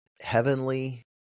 heavenly